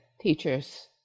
teachers